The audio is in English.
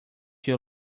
your